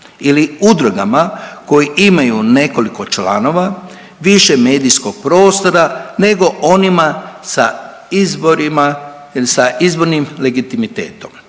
ili udrugama koji imaju nekoliko članova više medijskog prostora nego onima sa izborima ili